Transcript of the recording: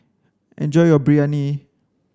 enjoy your Biryani